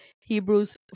Hebrews